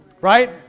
Right